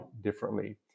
differently